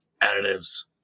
additives